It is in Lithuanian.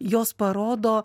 jos parodo